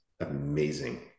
amazing